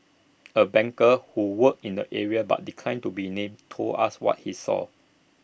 A banker who works in the area but declined to be named told us what he saw